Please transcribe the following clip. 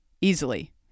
easily